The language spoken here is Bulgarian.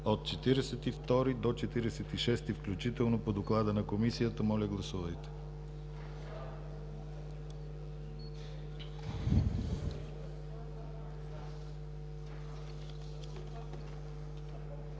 от 42 до 46 включително по доклада на Комисията. Моля, гласувайте. Гласували